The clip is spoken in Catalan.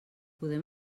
podem